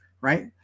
right